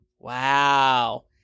Wow